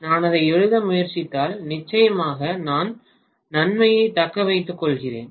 எனவே நான் அதை எழுத முயற்சித்தால் நிச்சயமாக நாம் நன்மையை தக்க வைத்துக் கொள்கிறோம்